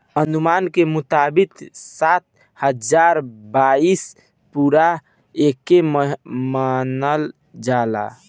अनुमान के मुताबिक सात हजार बरिस पुरान एके मानल जाला